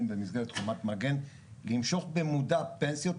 במסגרת חומת מגן למשוך במודע פנסיות,